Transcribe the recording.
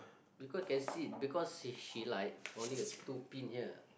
because can see because say she like only is two pin here